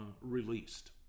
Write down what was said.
released